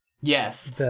yes